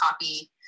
copy